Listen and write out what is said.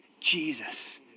Jesus